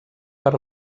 per